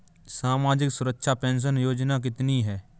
सामाजिक सुरक्षा पेंशन योजना कितनी हैं?